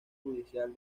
judicial